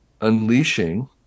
unleashing